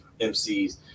MCs